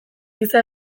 giza